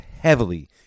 heavily